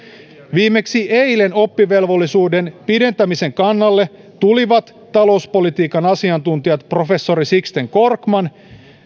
viimeksi eilen oppivelvollisuuden pidentämisen kannalle tulivat talouspolitiikan asiantuntijat professori sixten korkman